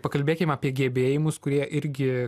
pakalbėkim apie gebėjimus kurie irgi